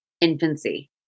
infancy